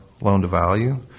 loan-to-value